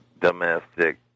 domestic